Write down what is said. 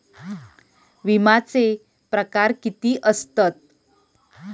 विमाचे प्रकार किती असतत?